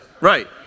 Right